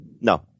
No